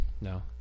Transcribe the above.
No